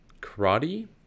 karate